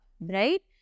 right